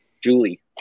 Julie